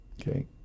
okay